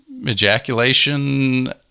Ejaculation